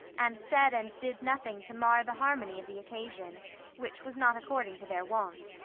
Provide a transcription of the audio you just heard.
and said and did nothing to mar the harmony of the occasion which was not according to their wont.